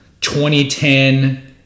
2010